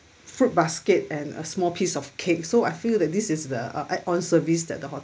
fruit basket and a small piece of cake so I feel that this is the add-on service that the hotel